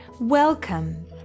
Welcome